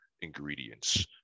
ingredients